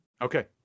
Okay